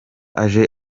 aje